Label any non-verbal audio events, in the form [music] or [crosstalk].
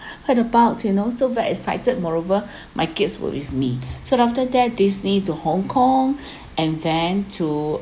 [breath] heard about you know so very excited moreover [breath] my kids were with me [breath] so after that disney to hongkong [breath] and then to